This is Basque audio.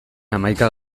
hamaika